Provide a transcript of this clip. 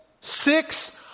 six